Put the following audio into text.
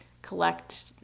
collect